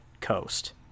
coast